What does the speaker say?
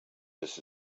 this